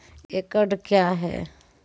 एकड कया हैं?